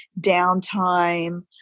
downtime